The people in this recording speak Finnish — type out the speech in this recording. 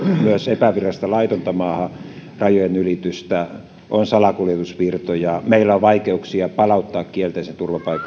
myös epävirallista laitonta rajojen ylitystä on salakuljetusvirtoja meillä on vaikeuksia palauttaa kielteisen